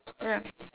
ya